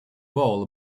ball